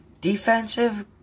defensive